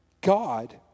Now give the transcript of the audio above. God